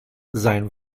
sein